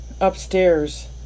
upstairs